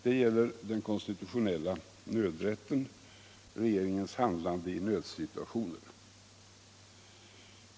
Det gäller den konstitutionella nödrätten, regeringens handlande i nödsituationer.